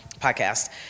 podcast